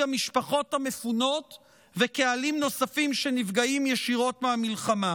המשפחות המפונות וקהלים נוספים שנפגעים ישירות מהמלחמה.